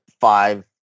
five